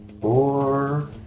Four